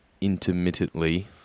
intermittently